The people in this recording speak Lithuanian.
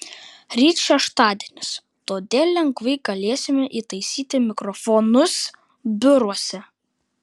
ryt šeštadienis todėl lengvai galėsime įtaisyti mikrofonus biuruose